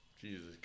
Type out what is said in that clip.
Jesus